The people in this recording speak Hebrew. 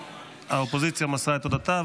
האופוזיציה מסרה את תודתה.